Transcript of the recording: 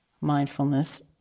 mindfulness